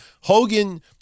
Hogan